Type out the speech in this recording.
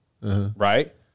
Right